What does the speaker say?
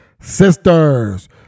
sisters